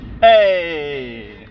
Hey